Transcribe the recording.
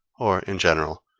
or, in general,